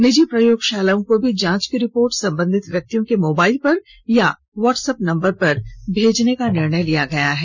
निजी प्रयोगशालाओं को भी जांच की रिर्पोट संबधित व्यक्तियों के मोबाईल पर या व्हाटसअप नबंर पर भेजने का निर्णय लिया गया है